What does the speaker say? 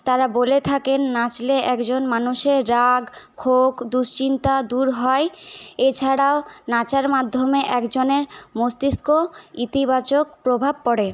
তারা বলে থাকেন নাচলে একজন মানুষের রাগ ক্ষোভ দুশ্চিন্তা দূর হয় এছাড়া নাচার মাধ্যমে একজনের মস্তিষ্ক ইতিবাচক প্রভাব পড়ে